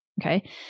okay